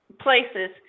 places